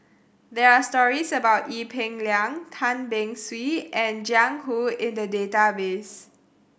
there are stories about Ee Peng Liang Tan Beng Swee and Jiang Hu in the database